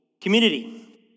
community